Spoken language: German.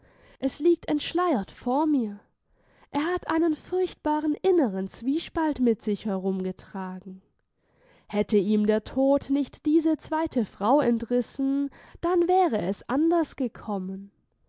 es liegt entschleiert vor mir er hat einen furchtbaren inneren zwiespalt mit sich herumgetragen hätte ihm der tod nicht diese zweite frau entrissen dann wäre es anders gekommen